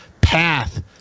path